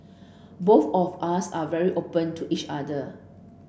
both of us are very open to each other